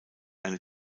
eine